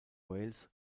wales